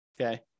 okay